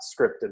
scripted